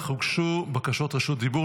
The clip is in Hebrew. אך הוגשו בקשות רשות דיבור.